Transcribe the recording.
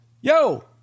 Yo